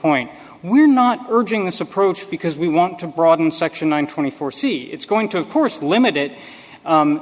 point we're not urging this approach because we want to broaden section one twenty four see it's going to of course limit it